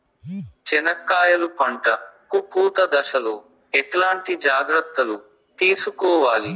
చెనక్కాయలు పంట కు పూత దశలో ఎట్లాంటి జాగ్రత్తలు తీసుకోవాలి?